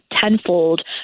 tenfold